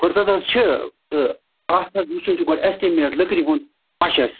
فٕرست حظ چھِ تہٕ اَتھ حظ وٕچھُن چھُ گۄڈٕ اٮ۪سٹِمیٹ لٔکرِ ہُنٛد پَشَس